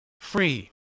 Free